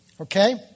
Okay